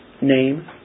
name